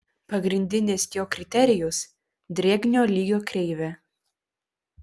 pagrindinis jo kriterijus drėgnio lygio kreivė